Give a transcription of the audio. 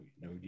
no